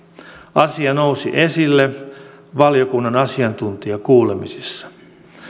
asia nousi esille valiokunnan asiantuntijakuulemisissa